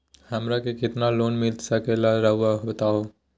हमरा के कितना के लोन मिलता सके ला रायुआ बताहो?